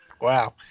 Wow